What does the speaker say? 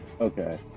Okay